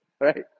right